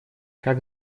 как